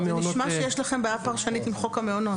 זה נשמע שיש לכם בעיה פרשנית עם חוק המעונות.